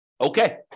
Okay